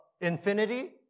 infinity